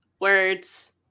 words